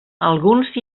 alguns